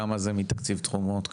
כמה זה מתקציב תרומות?